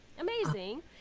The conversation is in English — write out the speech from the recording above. Amazing